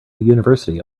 university